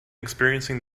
experiencing